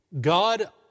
God